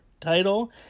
title